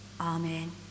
Amen